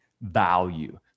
value